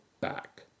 back